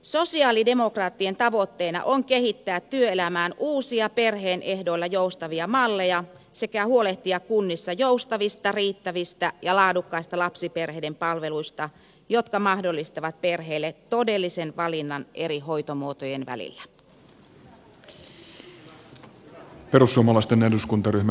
sosialidemokraattien tavoitteena on kehittää työelämään uusia perheen ehdoilla joustavia malleja sekä huolehtia kunnissa joustavista riittävistä ja laadukkaista lapsiperheiden palveluista jotka mahdollistavat perheille todellisen valinnan eri hoitomuotojen välillä